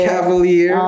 Cavalier